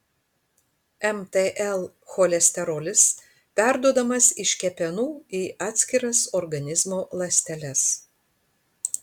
mtl cholesterolis perduodamas iš kepenų į atskiras organizmo ląsteles